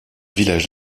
village